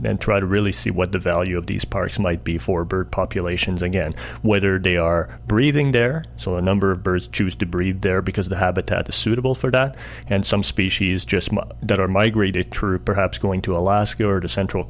then try to really see what the value of these parks might be for bird populations again whether day are breathing there so a number of birds choose to breed there because the habitat the suitable for that and some species just don't migrate it true perhaps going to alaska or to central